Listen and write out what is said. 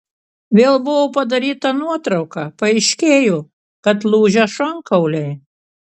vėl buvo padaryta nuotrauka paaiškėjo kad lūžę šonkauliai